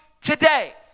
today